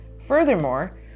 Furthermore